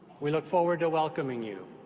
we look forward to welcoming you.